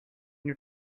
you